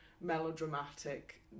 melodramatic